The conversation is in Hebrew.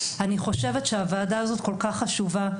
אני חושבת שהוועדה הזאת כל כך חשובה.